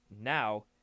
now